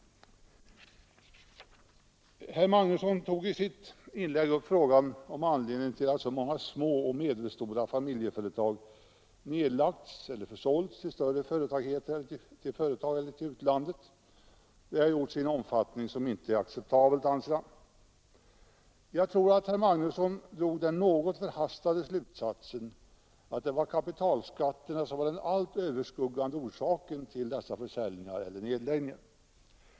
Herr Magnusson tog i sitt inlägg upp frågan om anledningen till att så många små och medelstora familjeföretag nedlagts eller försålts till större företag inom eller utom landet. Han ansåg att det skett i en icke acceptabel omfattning. Jag tror att herr Magnusson drog den något förhastade slutsatsen att kapitalskatterna är den allt överskuggande orsaken till dessa försäljningar eller nedläggningar.